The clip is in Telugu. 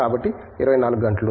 కాబట్టి 24 గంటలు